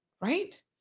right